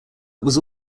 was